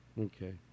okay